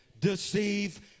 Deceive